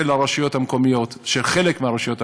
של הרשויות המקומיות, של חלק מהרשויות המקומיות,